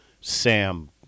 Sam